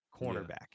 cornerback